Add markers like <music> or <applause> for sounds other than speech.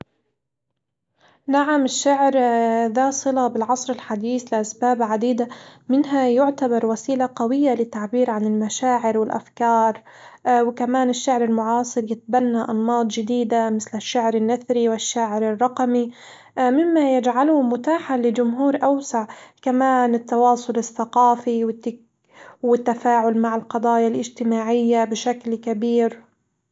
نعم، الشعر <hesitation> ذا صلة بالعصر الحديث لأسباب عديدة منها يعتبر وسيلة قوية للتعبير عن المشاعر والأفكار، <hesitation> وكمان الشعر المعاصر يتبنى أنماط جديدة متل الشعر النثري والشعر الرقمي <hesitation> مما يجعله متاحًا لجمهور أوسع، كمان التواصل الثقافي والت- والتفاعل مع القضايا الاجتماعية بشكل كبير.